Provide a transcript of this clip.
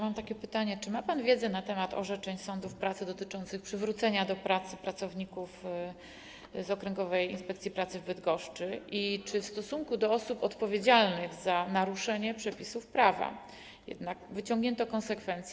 Mam takie pytanie: Czy ma pan wiedzę na temat orzeczeń sądów pracy dotyczących przywrócenia do pracy pracowników z Okręgowej Inspekcji Pracy w Bydgoszczy i czy w stosunku do osób odpowiedzialnych jednak za naruszenie przepisów prawa wyciągnięto konsekwencje?